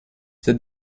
the